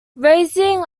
raising